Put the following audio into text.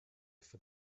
for